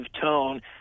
tone